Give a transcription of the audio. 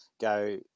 go